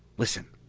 listen!